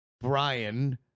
Brian